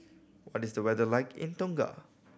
what is the weather like in Tonga